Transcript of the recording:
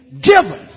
given